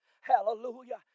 Hallelujah